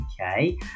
okay